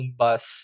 bus